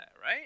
right